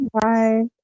Bye